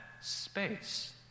space